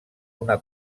una